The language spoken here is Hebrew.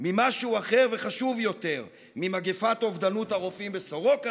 ממשהו אחר וחשוב יותר: ממגפת אובדנות הרופאים בסורוקה,